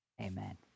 amen